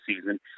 season